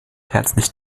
herzlich